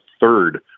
third